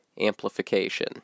amplification